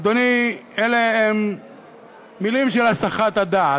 אדוני, אלה הן מילים של הסחת הדעת.